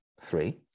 Three